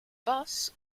thus